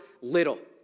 little